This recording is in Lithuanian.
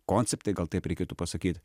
konceptai gal taip reikėtų pasakyt